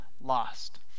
lost